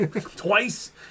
twice